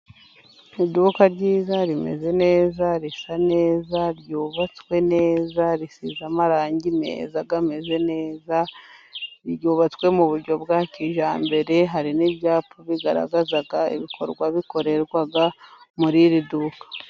Iduka ryiza rimeze neza risa neza, ryubatswe neza risize amarangi meza ameze neza, ryubatswe mu buryo bwa kijyambere hari n'ibyapa bigaragaza ibikorwa bikorerwa muri iri duka.